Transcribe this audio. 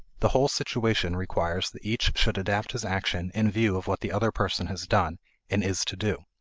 the whole situation requires that each should adapt his action in view of what the other person has done and is to do.